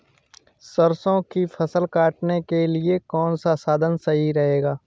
सरसो की फसल काटने के लिए कौन सा साधन सही रहेगा?